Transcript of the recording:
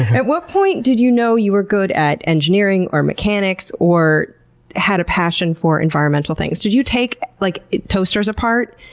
at what point did you know you were good at engineering, or mechanics, or had a passion for environmental things? did you take like toasters apart?